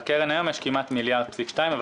היום יש בקרן כמעט 1.2 מיליארד,